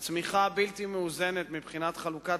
הצמיחה הבלתי-מאוזנת מבחינת חלוקת